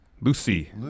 Lucy